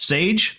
Sage